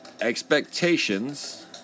expectations